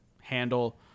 handle